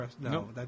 no